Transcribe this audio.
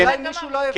ממשלה.